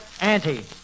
Auntie